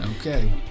Okay